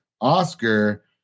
Oscar